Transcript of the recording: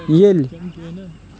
یلہِ